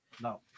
No